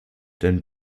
denn